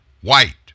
white